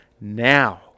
now